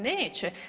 Neće.